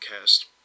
cast